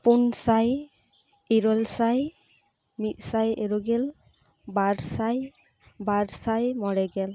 ᱯᱩᱱ ᱥᱟᱭ ᱤᱨᱟᱹᱞ ᱥᱟᱭ ᱢᱤᱫ ᱤᱨᱟᱹᱜᱮᱞ ᱵᱟᱨ ᱥᱟᱭ ᱵᱟᱨ ᱥᱟᱭ ᱢᱚᱬᱮᱜᱮᱞ